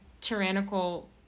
tyrannical